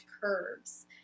curves